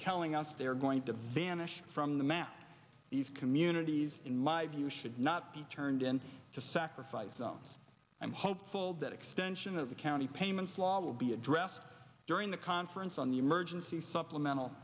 counseling us they are going to vanish from the map these communities in my view should not be turned in to sacrifice zones i'm hopeful that extension of the county payments law will be addressed during the conference on the emergency supplemental